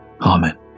Amen